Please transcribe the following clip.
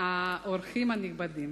אורחים נכבדים.